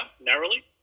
narrowly